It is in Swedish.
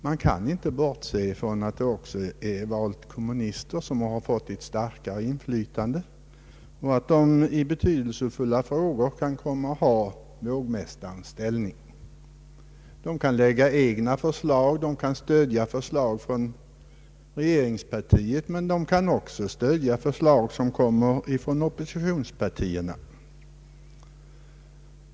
Man kan inte bortse ifrån att kommunisterna också fått ett starkare inflytande och kan komma att få vågmäs tarens ställning i betydelsefulla frågor. De kan lägga fram egna förslag, och de kan stödja förslag från regeringspartiet, men de kan också stödja förslag som kommer från oppositionspartierna.